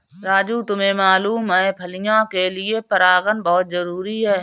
राजू तुम्हें मालूम है फलियां के लिए परागन बहुत जरूरी है